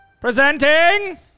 Presenting